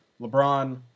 LeBron